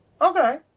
Okay